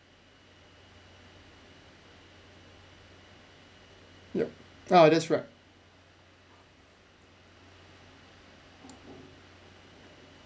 yup !wow! that's right